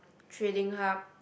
trading hub